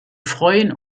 freuen